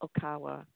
Okawa